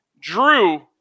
Drew